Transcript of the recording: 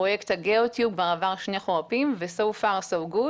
פרויקט הגיאוטיוב כבר עבר שני חורפים ו-so far so go,